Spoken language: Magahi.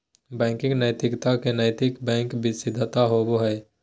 बैंकिंग नैतिकता और नैतिक बैंक सिद्धांत होबो हइ